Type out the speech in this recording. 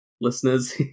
listeners